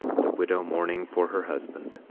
the widow mourning for her husband,